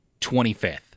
25th